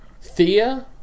Thea